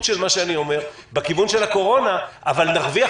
של מה שאני אומר בכיוון של הקורונה אבל נרוויח